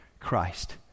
Christ